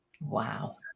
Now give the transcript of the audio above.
Wow